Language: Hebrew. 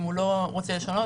אם הוא לא רוצה לשנות,